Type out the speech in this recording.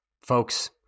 folks